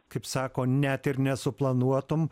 kaip sako net ir nesuplanuotum